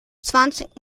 zwanzig